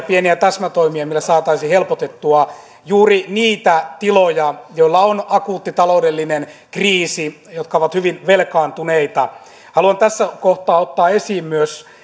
pieniä täsmätoimia millä saataisiin helpotettua juuri niitä tiloja joilla on akuutti taloudellinen kriisi ja jotka ovat hyvin velkaantuneita haluan tässä kohtaa ottaa esiin myös